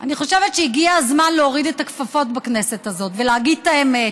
אני חושבת שהגיע הזמן להוריד את הכפפות בכנסת הזאת ולהגיד את האמת: